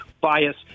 bias